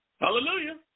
Hallelujah